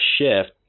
shift